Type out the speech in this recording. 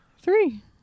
three